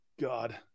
god